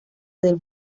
del